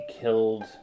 killed